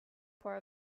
part